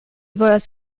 volas